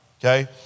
okay